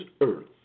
earth